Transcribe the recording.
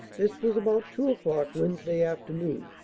this was about two o'clock vednesday afternoon.